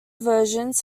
versions